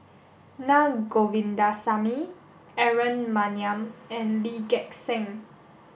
Na Govindasamy Aaron Maniam and Lee Gek Seng